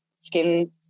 skin